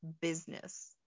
business